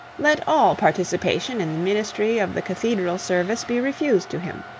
let all participation in the ministry of the cathedral service be refused to him.